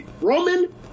Roman